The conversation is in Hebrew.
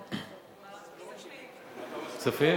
כספים?